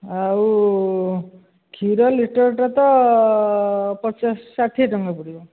ଆଉ କ୍ଷୀର ଲିଟର୍ଟା ତ ପଚାଶ ଷାଠିଏ ଟଙ୍କା ପଡ଼ିବ